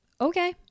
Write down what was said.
Okay